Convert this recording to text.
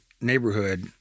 neighborhood